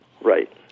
Right